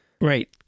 Right